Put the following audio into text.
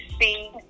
see